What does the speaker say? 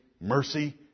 mercy